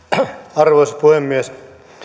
arvoisa puhemies